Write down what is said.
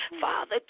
Father